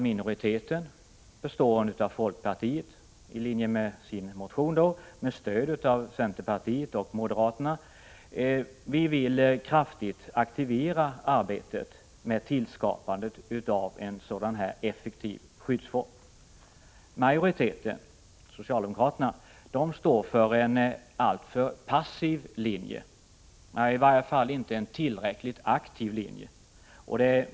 Minoriteten, bestående av folkpartiet som har motionerat i frågan samt centerpartiet och moderaterna som stöder folkpartiet, vill kraftigt aktivera arbetet med en sådan här effektiv skyddsform. Majoriteten, socialdemokraterna, står för en alltför passiv linje —- i varje fall en inte tillräckligt aktiv linje.